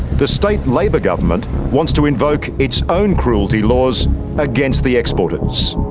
the state labor government wants to invoke its own cruelty laws against the exporters.